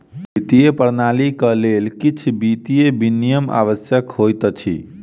वित्तीय प्रणालीक लेल किछ वित्तीय विनियम आवश्यक होइत अछि